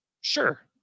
Sure